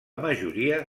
majoria